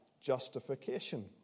justification